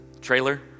trailer